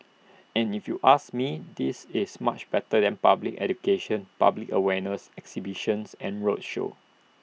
and if you ask me this is much better than public education public awareness exhibitions and roadshow